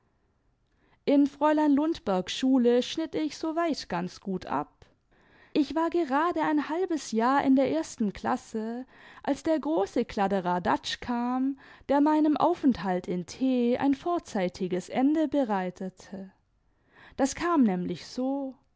in fräulein lundbergsf schule schnitt ich soweit ganz gut ab ich war gerade ein halbes jahr in der ersten klasse als der große kladderadatsch kam der meinem aufenthalt in t ein vorzeitiges ende bereitete das lm nämlich so